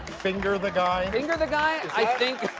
finger the guy? finger the guy? i think.